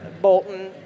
Bolton